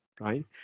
right